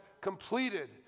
completed